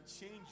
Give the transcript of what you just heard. change